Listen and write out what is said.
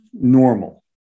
normal